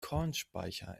kornspeicher